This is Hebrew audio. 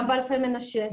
גם באלפי מנשה,